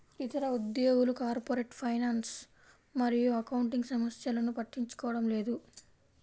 ఇతర ఉద్యోగులు corporate finance మరియు అకౌంటింగ్ సమస్యలను పట్టించుకోవడం లేదు